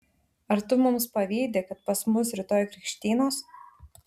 ar tu mums pavydi kad pas mus rytoj krikštynos